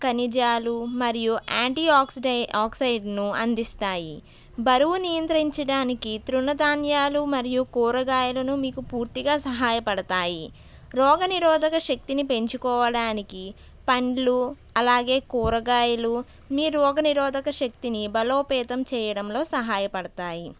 ఖనిజాలు మరియు ఆంటీ ఆక్సిడై ఆక్సైడ్ను అందిస్తాయి బరువు నియంత్రించడానికి తృణధాన్యాలు మరియు కూరగాయలను మీకు పూర్తిగా సహాయపడతాయి రోగనిరోధక శక్తిని పెంచుకోవడానికి పండ్లు అలాగే కూరగాయలు మీ రోగ నిరోధక శక్తిని బలోపేతం చేయడంలో సహాయపడతాయి